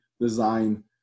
design